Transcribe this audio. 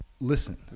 listen